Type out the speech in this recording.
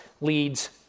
leads